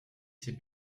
ses